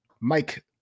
Mike